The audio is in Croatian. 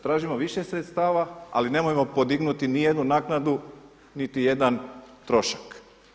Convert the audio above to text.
Tražimo više sredstava ali nemojmo podignuti niti jednu naknadu, niti jedan trošak.